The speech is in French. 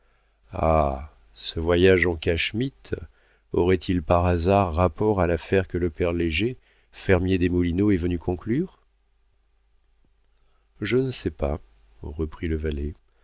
ah ce voyage en cachemite aurait-il par hasard rapport à l'affaire que le père léger fermier des moulineaux est venu conclure je ne sais pas reprit le valet